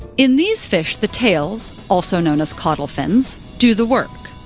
in these fish, the tails, also known as caudal fins, do the work.